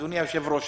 אדוני היושב-ראש,